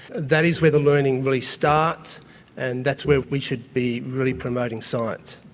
that is where the learning really starts and that's where we should be really promoting science.